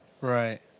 Right